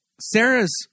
sarah's